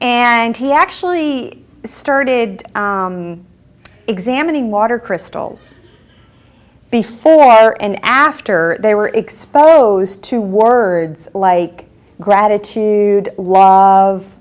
and he actually started examining water crystals before and after they were exposed to words like gratitude